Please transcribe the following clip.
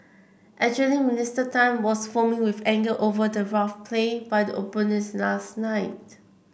actually Minister Tan was foaming with anger over the rough play by the opponents last night